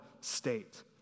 state